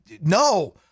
no